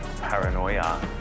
paranoia